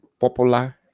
popular